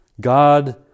God